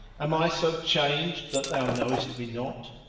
am i so changed that thou knowest me not?